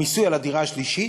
המיסוי של הדירה השלישית,